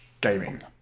gaming